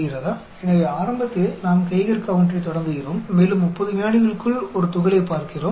इसलिए शुरू में हम गीगर काउंटर शुरू करते हैं और 30 सेकंड के भीतर हमें एक कण दिखाई देता है